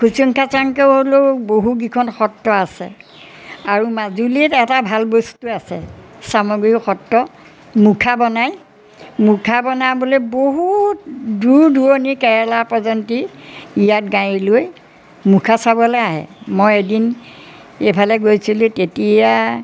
খুচুং খাচাংকৈ হ'লেও বহুকেইখন সত্ৰ আছে আৰু মাজুলীত এটা ভাল বস্তু আছে চামগুৰি সত্ৰ মুখা বনায় মুখা বনাবলৈ বহুত দূৰ দূৰণি কেৰেলা পৰ্যন্ত ইয়াত গাড়ীলৈ মুখা চাবলৈ আহে মই এদিন এইফালে গৈছিলোঁ তেতিয়া